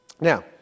Now